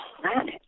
planet